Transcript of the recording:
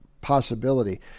possibility